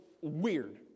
weird